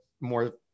more